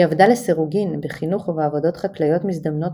היא עבדה לסירוגין בחינוך ובעבודות חקלאיות מזדמנות